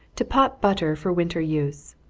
to pot butter for winter use.